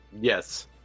Yes